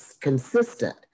consistent